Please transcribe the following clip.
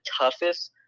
toughest